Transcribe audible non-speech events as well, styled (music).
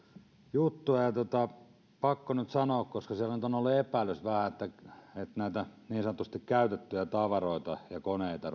juttua ja pakko nyt sanoa koska siellä on ollut vähän epäilystä että näitä niin sanotusti käytettyjä tavaroita ja koneita (unintelligible)